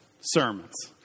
sermons